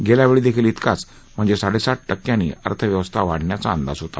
गेल्या वेळी देखील इतकाच म्हणजे साडेसात टक्क्यानी अर्थव्यवस्था वाढण्याचा अंदाज होता